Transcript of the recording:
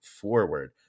forward